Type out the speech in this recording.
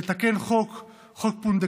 לתקן חוק פונדקאות,